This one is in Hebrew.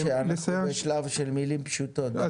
משה אנחנו בשלב של מילים פשוטות,